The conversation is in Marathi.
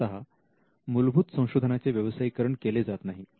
सामान्यतः मूलभूत संशोधनांचे व्यवसायीकरण केले जात नाही